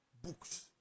Books